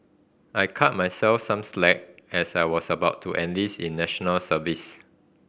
I cut myself some slack as I was about to enlist in National Service